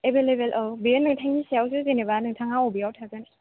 available औ बेयो नोंथांनि सायावसो जेनेबा नोंथाङा बबेयाव थागोन